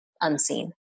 unseen